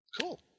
Cool